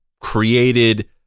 created